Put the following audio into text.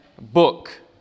book